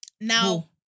now